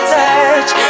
touch